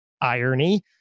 irony